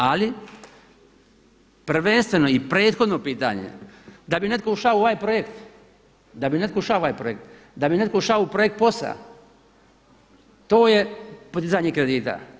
Ali prvenstveno i prethodno pitanje, da bi netko ušao u ovaj projekt, da bi netko ušao u ovaj projekt, da bi netko ušao u projekt POS-a, to je podizanje kredita.